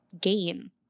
gain